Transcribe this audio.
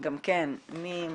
גם כן באמצעותך,